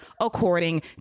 according